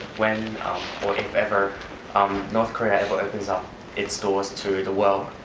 when or if ever um north korea ever opens um its doors to the world.